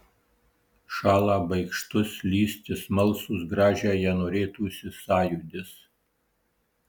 šąlą baikštus lįsti smalsūs gražiąją norėtųsi sąjūdis